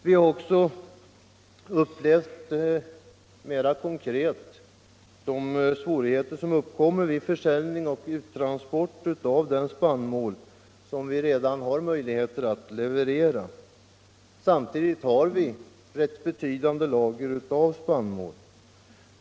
Vi har också mera konkret upplevt de svårigheter som uppstår vid försäljning och uttransporter av den spannmål som vi redan har möjligheter att leverera. Samtidigt har vi rätt betydande lager av spannmål.